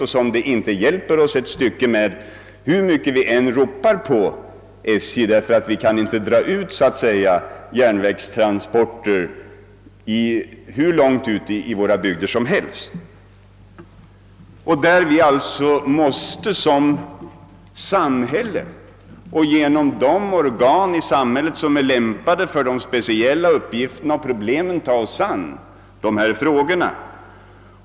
Hur mycket vi i fråga om dessa bygder än ropar på SJ hjälper det inte, därför att vi inte kan dra ut järnvägstransporterna hur långt som helst. I fråga om dessa bygder måste vi genom de organ i samhället, som är lämpade för de speciella uppgifterna och problemen, ta oss an dessa frågor.